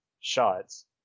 shots